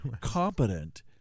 competent